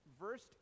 versed